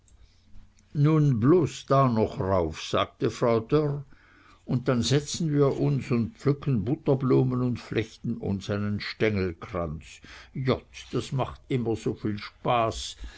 nun bloß da noch rauf sagte frau dörr und dann setzen wir uns und pflücken butterblumen und flechten uns einen stengelkranz jott das macht immer soviel spaß